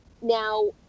Now